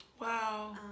Wow